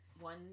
one